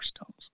stones